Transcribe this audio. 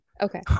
Okay